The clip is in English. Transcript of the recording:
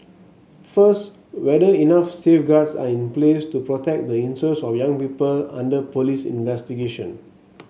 first whether enough safeguards are in place to protect the interest of young people under police investigation